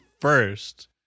first